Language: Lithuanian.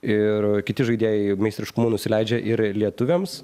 ir kiti žaidėjai meistriškumu nusileidžia ir lietuviams